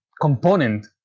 component